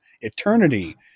eternity